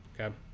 okay